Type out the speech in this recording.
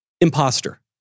imposter